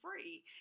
free